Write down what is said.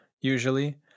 usually